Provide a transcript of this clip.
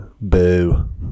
Boo